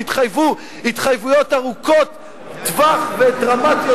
שהתחייבו התחייבויות ארוכות טווח ודרמטיות